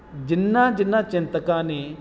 ਜਿਨ੍ਹਾਂ ਜਿਨ੍ਹਾਂ ਚਿੰਤਕਾਂ ਨੇ